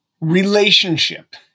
relationship